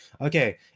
okay